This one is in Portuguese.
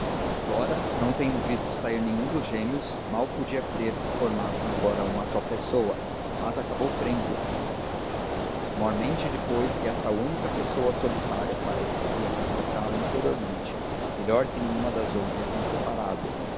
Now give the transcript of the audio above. flora não tendo visto sair nenhum dos gêmeos mal podia crer que formassem agora uma só pessoa mas acabou crendo mormente depois que esta única pessoa solitária parecia completá la interiormente melhor que nenhuma das outras em separado